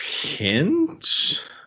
hint